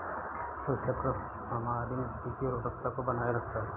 फसल चक्र हमारी मिट्टी की उर्वरता को बनाए रखता है